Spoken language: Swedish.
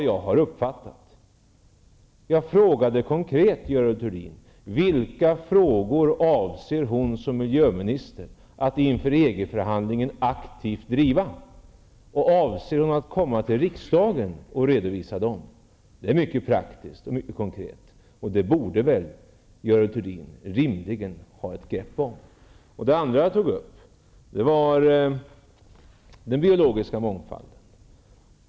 Jag ställde följande konkreta fråga till Görel Thurdin: Vilka frågor avser Görel Thurdin att som miljöminister inför EG-förhandlingen aktivt driva, och avser Görel Thurdin att komma till riksdagen och redovisa dem? Det är mycket praktiskt och konkret, och detta borde väl Görel Thurdin rimligen ha ett grepp om. Det andra som jag tog upp var den biologiska mångfalden.